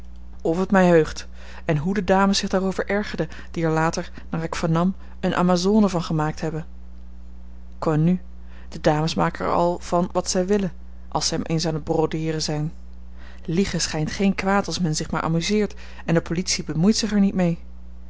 of het mij heugt en hoe de dames zich daarover ergerden die er later naar ik vernam eene amazone van gemaakt hebben connu de dames maken er al van wat zij willen als zij eens aan t brodeeren zijn liegen schijnt geen kwaad als men zich maar amuseert en de politie bemoeit er zich niet mee